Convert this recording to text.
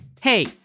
Hey